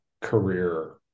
career